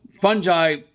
fungi